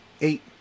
eight